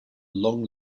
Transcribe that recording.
long